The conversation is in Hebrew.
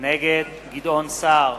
נגד גדעון סער,